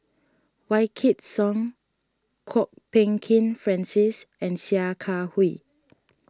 Wykidd Song Kwok Peng Kin Francis and Sia Kah Hui